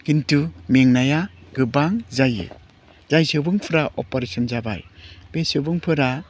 खिन्थु मेंनाया गोबां जायो जाय सुबुंफ्रा अपारेशन जाबा बे सुबुंफोरा